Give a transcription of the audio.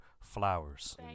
flowers